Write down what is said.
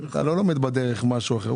אתה לא לומד בדרך משהו אחר.